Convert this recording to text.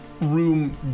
room